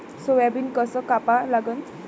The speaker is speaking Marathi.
सोयाबीन कस कापा लागन?